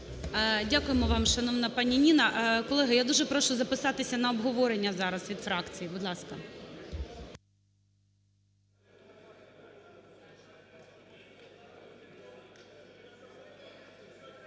Дякуємо вам, шановна пані Ніна. Колеги, я дуже прошу записатися на обговорення зараз від фракцій. Будь ласка.